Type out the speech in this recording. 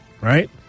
right